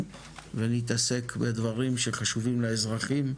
ותתעסק בנושאים שחשובים לאזרחים,